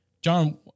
John